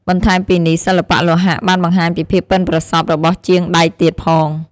បន្ថែមពីនេះសិល្បៈលោហៈបានបង្ហាញពីភាពប៉ិនប្រសប់របស់ជាងដែកទៀតផង។